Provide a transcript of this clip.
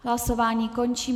Hlasování končím.